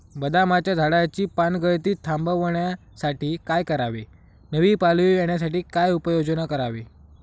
बदामाच्या झाडाची पानगळती थांबवण्यासाठी काय करावे? नवी पालवी येण्यासाठी काय उपाययोजना करावी?